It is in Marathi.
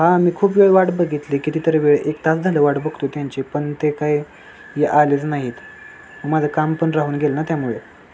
हा मी खूप वेळ वाट बघितली कितीतरी वेळ एक तास झालं वाट बघतो त्यांची पण ते काय हे आलेच नाहीत माझं काम पण राहून गेलं ना त्यामुळे